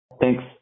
Thanks